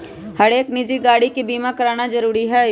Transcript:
हरेक निजी गाड़ी के बीमा कराना जरूरी हई